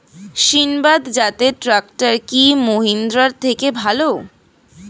সিণবাদ জাতের ট্রাকটার কি মহিন্দ্রার থেকে ভালো?